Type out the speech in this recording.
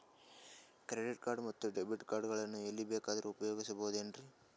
Credit card ಮತ್ತು debit card ಗಳನ್ನು ಎಲ್ಲಿ ಬೇಕಾದ್ರು ಉಪಯೋಗಿಸಬಹುದೇನ್ರಿ?